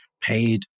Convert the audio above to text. paid